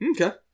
Okay